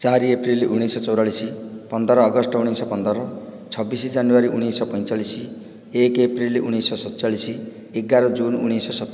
ଚାରି ଏପ୍ରିଲ୍ ଉଣେଇଶଶହ ଚଉରାଳିଶ ପନ୍ଦର ଅଗଷ୍ଟ ଉଣେଇଶଶହ ପନ୍ଦର ଛବିଶ ଜାନୁଆରୀ ଉଣେଇଶଶହ ପଇଁଚାଳିଶ ଏକ ଏପ୍ରିଲ୍ ଉଣେଇଶଶହ ସତଚାଳିଶ ଏଗାର ଜୁନ୍ ଉଣେଇଶଶହ ସତସ୍ତରି